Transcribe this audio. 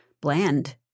bland